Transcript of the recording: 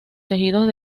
tejidos